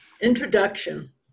Introduction